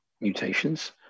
mutations